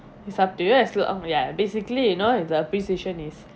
it's up to you as long ya basically you know the precision is